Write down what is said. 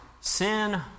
Sin